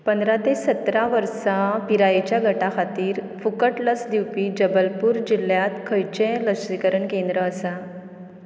पंदरा ते सतरा वर्सां पिरायेच्या गटा खातीर फुकट लस दिवपी जबलपूर जिल्ल्यात खंयचें लसीकरण केंद्र आसा